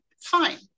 fine